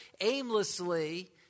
aimlessly